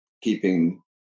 keeping